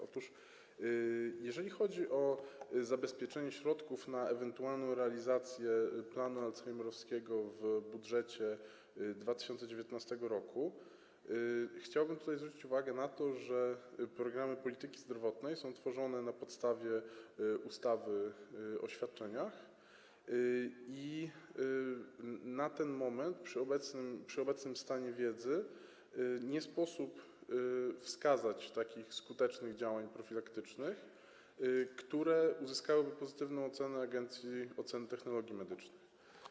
Otóż jeżeli chodzi o zabezpieczenie środków na ewentualną realizację planu alzheimerowskiego w budżecie na 2019 r., chciałbym tutaj zwrócić uwagę na to, że programy polityki zdrowotnej są tworzone na podstawie ustawy o świadczeniach i na ten moment przy obecnym stanie wiedzy nie sposób wskazać skutecznych działań profilaktycznych, które uzyskałyby pozytywną ocenę agencji oceny technologii medycznych.